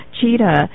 cheetah